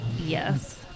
Yes